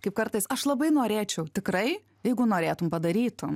kaip kartais aš labai norėčiau tikrai jeigu norėtum padarytum